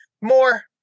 More